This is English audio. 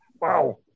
Wow